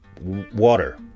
water